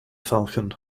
falcon